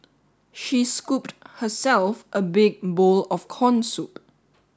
she scooped herself a big bowl of corn soup